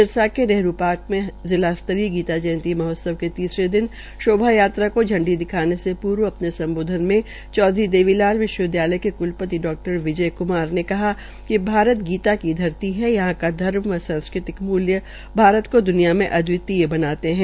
सिरसा के नेहरू पार्क में जिला स्तरीय गीता जयंती महोत्सव के तीसरे दिन शोभायात्रा को झंडी दिखाने से पूर्व सम्बोधन में चौधरी देवीलाल विश्वविदयालय के कुलपति डा विजय कुमार ने कहा कि भारत गीता की धरती है यहां का धर्म व सांस्कृतिक मूल्य भारत को द्निया में अद्वितीय बताते है